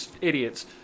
idiots